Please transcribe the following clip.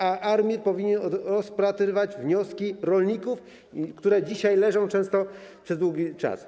ARiMR powinien rozpatrywać wnioski rolników, które dzisiaj leżą często przez długi czas.